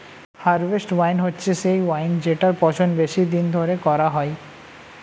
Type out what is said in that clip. harvest wine হচ্ছে সেই wine জেটার পচন বেশি দিন ধরে করা হয়